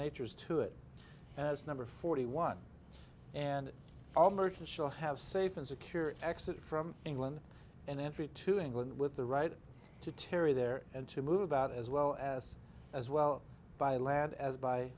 natures to it as number forty one and all merchant shall have safe and secure exit from england and entry to england with the right to tarry there and to move about as well as as well by land as by